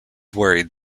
worried